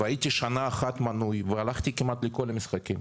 הייתי שנה אחת מנוי והלכתי כמעט לכל המשחקים.